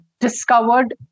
discovered